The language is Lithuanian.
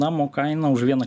namo kaina už vieną